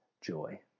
joy